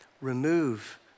remove